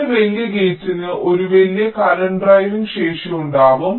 ഒരു വലിയ ഗേറ്റിന് ഒരു വലിയ കറന്റ് ഡ്രൈവിംഗ് ശേഷി ഉണ്ടായിരിക്കും